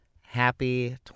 happy